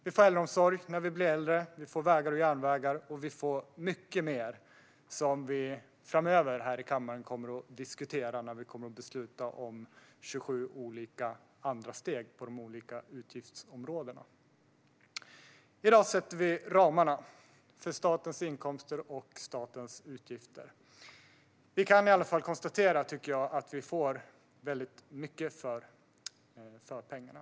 Vi får äldreomsorg när vi blir äldre, vi får vägar och järnvägar och vi får mycket mer som vi framöver kommer att diskutera här i kammaren när vi kommer att besluta om 27 olika andra steg inom de olika utgiftsområdena. I dag sätter vi ramarna för statens inkomster och statens utgifter. Jag tycker att vi i alla fall kan konstatera att vi får väldigt mycket för pengarna.